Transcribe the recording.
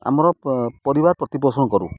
ଆମର ପରିବାର ପ୍ରତିପୋଷଣ କରୁ